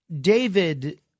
David